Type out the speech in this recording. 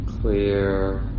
clear